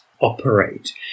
operate